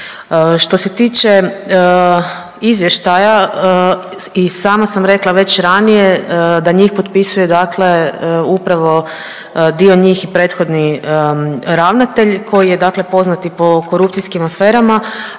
Što se tiče izvještaja, i sama sam rekla već ranije da njih potpisuje dakle upravo dio njih i prethodni ravnatelj koji je dakle poznat i po korupcijskim aferama,